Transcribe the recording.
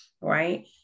right